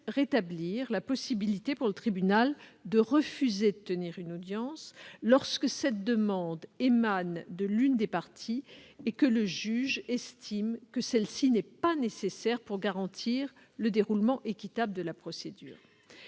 rétablir la possibilité pour le tribunal de refuser de tenir une audience, lorsque cette demande émane de l'une des parties et que le juge estime que celle-ci n'est pas nécessaire pour garantir le déroulement équitable de la procédure.